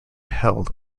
held